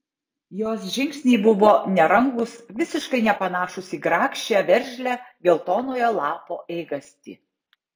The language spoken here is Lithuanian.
jos žingsniai buvo nerangūs visiškai nepanašūs į grakščią veržlią geltonojo lapo eigastį